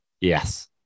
Yes